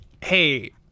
hey